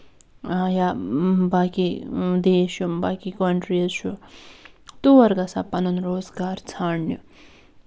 یا باقٕے دیش چھُ باقٕے کَنٹرٛیٖز چھُ تور گژھان پَنُن روزگار ژَھانٛڈنہِ